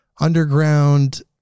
underground